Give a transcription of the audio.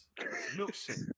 Milkshake